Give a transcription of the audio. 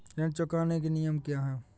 ऋण चुकाने के नियम क्या हैं?